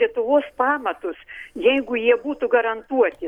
lietuvos pamatus jeigu jie būtų garantuoti